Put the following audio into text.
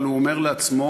אבל הוא אומר לעצמו: